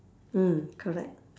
mm correct